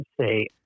say